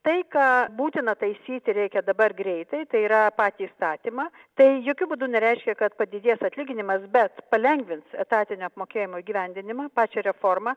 tai ką būtina taisyti reikia dabar greitai tai yra patį statymą tai jokiu būdu nereiškia kad padidės atlyginimas bet palengvins etatinio apmokėjimo įgyvendinimą pačią reformą